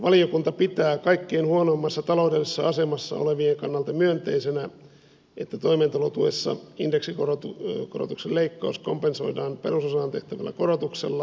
valiokunta pitää kaikkein huonoimmassa taloudellisessa asemassa olevien kannalta myönteisenä että toimeentulotuessa indeksikorotuksen leikkaus kompensoidaan perusosaan tehtävällä korotuksella